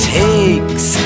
takes